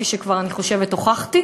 וכפי שאני חושבת שכבר הוכחתי,